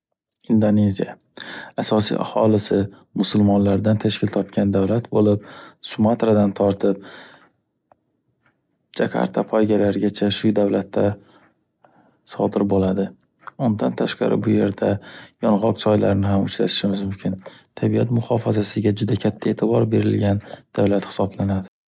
Indoneziya - asosiy aholisi musulmonlardan tashkil topgan davlat bo’lib, Sumatradan tortib Jakarta poygalarigacha shu davlatda sodir bo’ladi. Undan tashqari bu yerda yong’oq choylarini uchratishimiz mumkin. Tabiat muhofazasiga katta etibor berilgan davlat hisoblanadi.